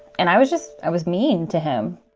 and i was just i was mean to him